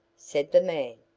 said the man,